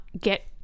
get